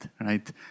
right